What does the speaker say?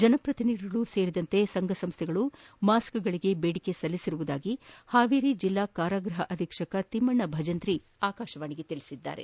ಜನಪ್ರತಿನಿಧಿಗಳು ಸೇರಿದಂತೆ ಸಂಘ ಸಂಸ್ವೆಗಳು ಮಾಸ್ಕ್ಗಳಿಗೆ ಬೇಡಿಕೆ ಸಲ್ಲಿಸಿರುವುದಾಗಿ ಹಾವೇರಿ ಜಿಲ್ಲಾ ಕಾರಾಗೃಹ ಅಧೀಕ್ಷಕ ತಿಮ್ಲಣ್ಣ ಭಜಂತ್ರಿ ಆಕಾಶವಾಣಿಗೆ ತಿಳಿಸಿದ್ದಾರೆ